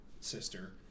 sister